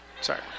Sorry